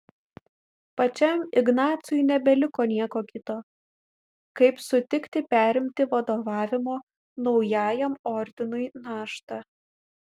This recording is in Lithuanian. pačiam ignacui nebeliko nieko kito kaip sutikti perimti vadovavimo naujajam ordinui naštą